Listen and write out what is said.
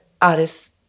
Artists